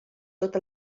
tot